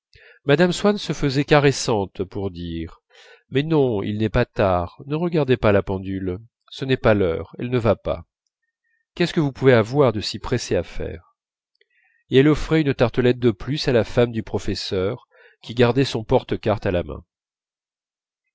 mme swann se faisait caressante pour dire mais non il n'est pas tard ne regardez pas la pendule ce n'est pas l'heure elle ne va pas qu'est-ce que vous pouvez avoir de si pressé à faire et elle offrait une tartelette de plus à la femme du professeur qui gardait son porte cartes à la main